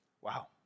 Wow